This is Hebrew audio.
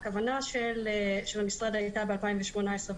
הכוונה של המשרד הייתה ב-2018,